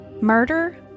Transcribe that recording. Murder